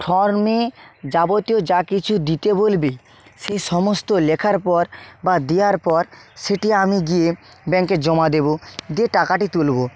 ফর্মে যাবতীয় যা কিছু দিতে বলবে সেই সমস্ত লেখার পর বা দেওয়ার পর সেটি আমি গিয়ে ব্যাংকে জমা দেব দিয়ে টাকাটি তুলব